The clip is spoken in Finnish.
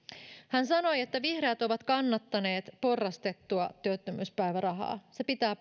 hän sanoi että vihreät ovat kannattaneet porrastettua työttömyyspäivärahaa se pitää